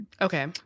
Okay